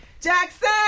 Jackson